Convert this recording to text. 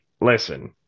listen